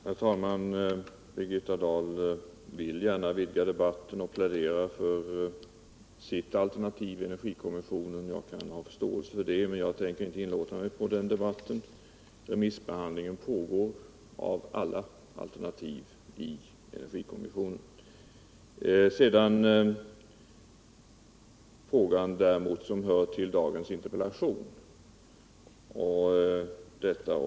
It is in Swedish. Herr talman! Birgitta Dahl vill gärna vidga debatten och plädera för sitt altnernativ i energikommissionen. Jag kan möjligen ha förståelse för det, men jag tänker inte inlåta mig på den debatten. Remissbehandlingen av energikommissionens alla alternativ pågår. Jag vill däremot ta upp den fråga som hör till dagens interpellationsdebatt.